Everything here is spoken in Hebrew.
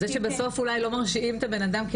זה שבסוף אולי לא מרשיעים את הבן-אדם כי